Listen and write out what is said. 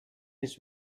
his